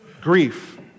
grief